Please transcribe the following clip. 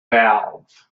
valve